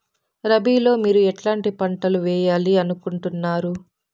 రబిలో మీరు ఎట్లాంటి పంటలు వేయాలి అనుకుంటున్నారు?